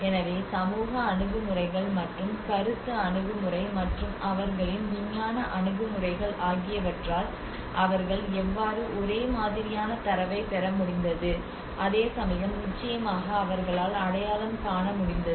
எனவே சமூக அணுகுமுறைகள் மற்றும் கருத்து அணுகுமுறை மற்றும் அவர்களின் விஞ்ஞான அணுகுமுறைகள் ஆகியவற்றால் அவர்கள் எவ்வாறு ஒரே மாதிரியான தரவைப் பெற முடிந்தது அதே சமயம் நிச்சயமாக அவர்களால் அடையாளம் காண முடிந்தது